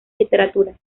literatura